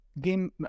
game